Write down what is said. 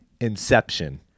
Inception